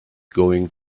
going